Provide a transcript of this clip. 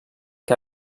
que